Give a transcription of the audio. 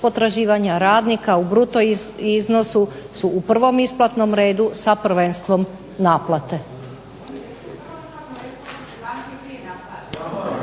potraživanja radnika u bruto iznosu su u prvom isplatnom redu sa prvenstvom naplate.